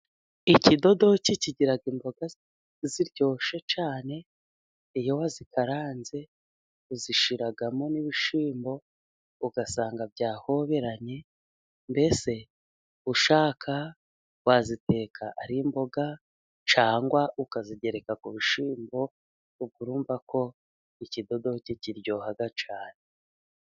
Ikidodoki kigira imboga ziryoshye cyane, iyo wazikaranze uzishyiramo n'ibishyimbo, usanga byahoberanye, mbese ushaka waziteka ari imboga, cyangwa ukazigereka ku bishyimbo, ubwo urumva ko ikidodoki kiryoha cyane.